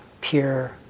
pure